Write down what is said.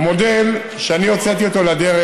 הוא מודל שכשאני הוצאתי אותו לדרך,